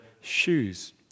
shoes